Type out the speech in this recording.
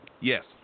Yes